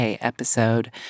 episode